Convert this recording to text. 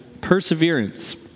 perseverance